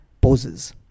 poses